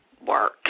work